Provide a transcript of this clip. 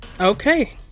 Okay